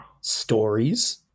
stories